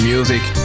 Music